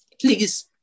please